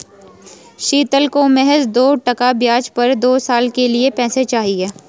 शीतल को महज दो टका ब्याज पर दो साल के लिए पैसे चाहिए